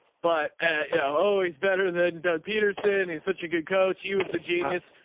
but oh, he's better than doug peterson. and he's such a good coach. he was the genius.